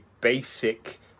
basic